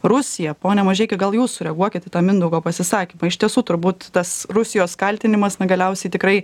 rusiją pone mažeiki gal jūs sureaguokit į tą mindaugo pasisakymą iš tiesų turbūt tas rusijos kaltinimas na galiausiai tikrai